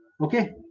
Okay